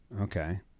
Okay